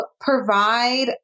provide